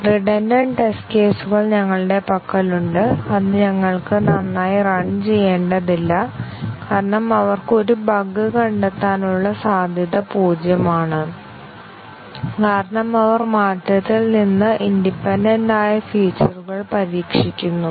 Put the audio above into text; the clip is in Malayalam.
റിഡൻഡെന്റ് ടെസ്റ്റ് കേസുകൾ ഞങ്ങളുടെ പക്കലുണ്ട് അത് ഞങ്ങൾക്ക് നന്നായി റൺ ചെയ്യേണ്ടതില്ല കാരണം അവർക്ക് ഒരു ബഗ് കണ്ടെത്താനുള്ള സാധ്യത പൂജ്യമാണ് കാരണം അവർ മാറ്റത്തിൽ നിന്ന് ഇൻഡിപെൻഡെന്റ് ആയ ഫീച്ചറുകൾ പരീക്ഷിക്കുന്നു